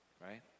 right